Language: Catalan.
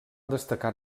destacar